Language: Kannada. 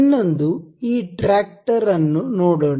ಇನ್ನೊಂದು ಈ ಟ್ರ್ಯಾಕ್ಟರ್ ಅನ್ನು ನೋಡೋಣ